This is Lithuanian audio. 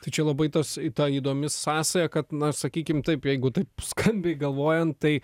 tai čia labai tos į tą įdomi sąsaja kad na sakykim taip jeigu taip skambiai galvojant tai